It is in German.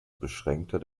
beschränkter